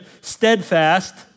steadfast